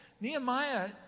Nehemiah